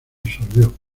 disolvió